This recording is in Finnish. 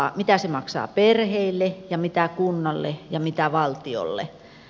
mitä se maksaa perheille ja mitä kunnalle ja mitä valtiolle